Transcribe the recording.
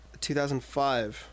2005